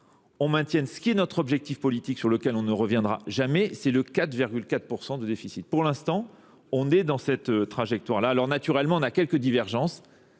on maintient ce qui est notre objectif politique sur lequel on ne reviendra jamais, c'est le 4,4% de déficit. Pour l'instant, on est dans cette trajectoire-là. Alors naturellement, on a quelques divergences.